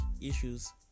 issues